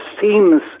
seems